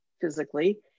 physically